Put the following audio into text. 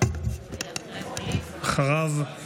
אחריו,